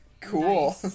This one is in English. Cool